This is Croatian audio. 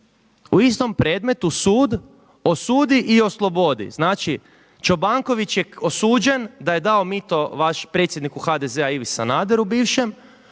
u istom predmetu sud osudi i oslobodi. Znači Čobanković je osuđen da je dao mito vašem predsjedniku HDZ-a Ivi Sanaderu bivšem,